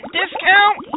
discount